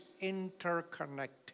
interconnected